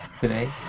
today